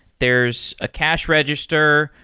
there's a cash register.